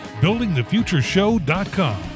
buildingthefutureshow.com